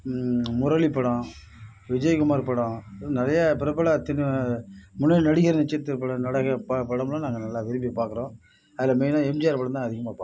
முரளி படம் விஜயகுமார் படம் நிறையா பிரபல திரை முன்னணி நடிகர் நட்சத்திர படம் நாங்கள் நல்லா விரும்பி பார்க்குறோம் அதில் மெயினாக எம்ஜிஆர் படம்தான் அதிகமாக பார்ப்போம்